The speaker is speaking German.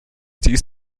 dies